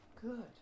good